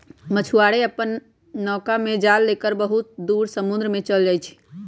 मछुआरे अपन नौका में जाल लेकर बहुत दूर समुद्र में चल जाहई